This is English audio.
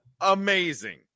amazing